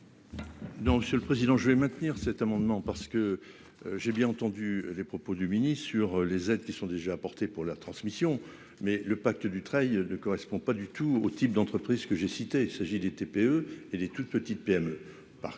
Non, monsieur le Président, je vais maintenir cet amendement parce que j'ai bien entendu les propos du mini sur les aides qui sont déjà apporté pour la transmission mais le pacte Dutreil ne correspond pas du tout, au type d'entreprise que j'ai cité, il s'agit des TPE et des toutes petites PME